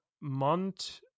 Mont